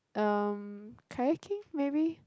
um kayaking maybe